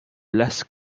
less